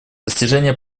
достижение